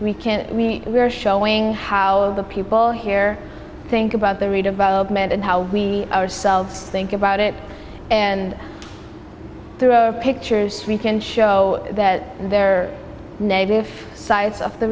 we can we are showing how the people here think about the redevelopment and how we ourselves think about it and through our pictures we can show that there are negative sides of the